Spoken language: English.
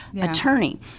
attorney